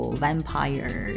vampire